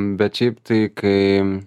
bet šiaip tai kai